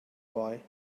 boy